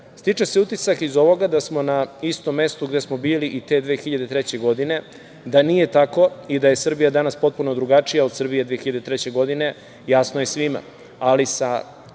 Stiče se utisak iz ovoga da smo na istom mestu gde smo bili i te 2003. godine. Da nije tako i da je Srbija danas potpuno drugačija od Srbije 2003. godine jasno je svima,